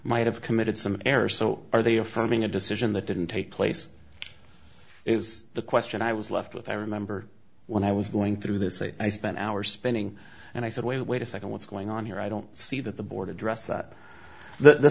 might have committed some errors so are they affirming a decision that didn't take place is the question i was left with i remember when i was going through this i spent hours spinning and i said wait wait a second what's going on here i don't see that the board addressed that the